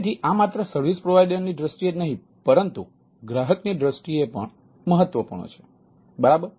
તેથી આ માત્ર સર્વિસ પ્રોવાઇડરની દૃષ્ટિએ જ નહીં પરંતુ ગ્રાહકની દૃષ્ટિએ પણ મહત્વપૂર્ણ છે બરાબર